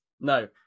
No